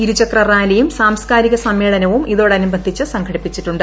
ഇരുചക്ര റാലിയും സാംസ്കാരിക സമ്മേളനവും ഇതോടനുബന്ധിച്ച് സംഘടിപ്പിച്ചിട്ടുണ്ട്